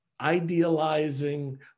idealizing